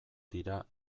dira